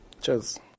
Cheers